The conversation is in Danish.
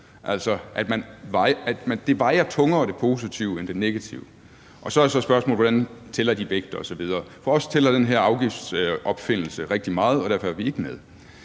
altså at det positive vejer tungere end det negative. Så er spørgsmålet, hvordan den vægtning tæller osv. For os tæller den her afgiftsopfindelse rigtig meget, og derfor er vi ikke med.